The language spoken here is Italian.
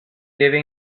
deve